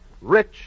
rich